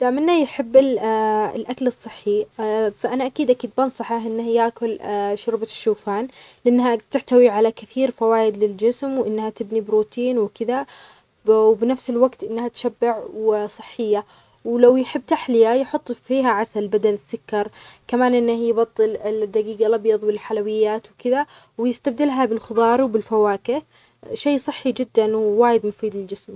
إذا كنت حاب تأكل صحي أكثر، جرب سلطة الكينوا، حط كينوا مسلوقة مع خضار طازجة مثل الطماطم والخيار والفلفل الملون، وأضف زيت الزيتون والليمون. أو جرب الدجاج المشوي بالخضار، شوي قطع دجاج مع خضار زي البروكلي والجزر، وحط عليهم توابل خفيفة مثل الثوم والليمون.